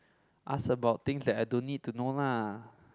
ask about things that I don't need to know lah